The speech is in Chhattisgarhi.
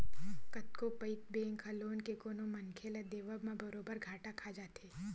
कतको पइत बेंक ह लोन के कोनो मनखे ल देवब म बरोबर घाटा खा जाथे